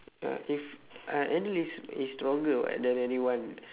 uh if ah enel is is stronger [what] than anyone